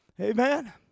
amen